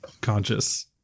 conscious